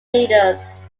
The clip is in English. leaders